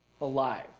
alive